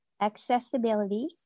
Accessibility